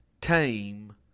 tame